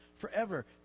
forever